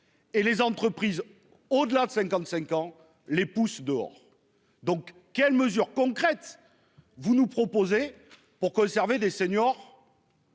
et les entreprises au-delà de 55 ans les pousse dehors donc quelles mesures concrètes, vous nous proposez pour conserver des seniors.